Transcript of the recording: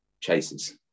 chases